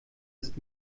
ist